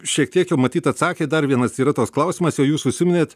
šiek tiek jau matyt atsakėt dar vienas yra tas klausimas jau jūs užsiminėt